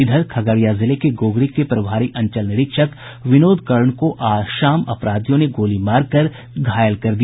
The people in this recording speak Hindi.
इधर खगड़िया जिले के गोगरी के प्रभारी अंचल निरीक्षक विनोद कर्ण को आज शाम अपराधियों ने गोली मारकर घायल कर दिया